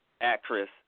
actress